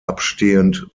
abstehend